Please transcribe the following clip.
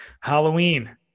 Halloween